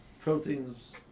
proteins